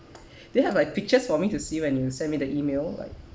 do you have like pictures for me to see when you send me the email like